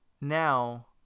now